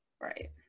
right